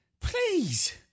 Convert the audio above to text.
please